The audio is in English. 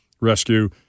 rescue